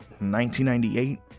1998